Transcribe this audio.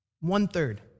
One-third